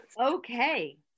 okay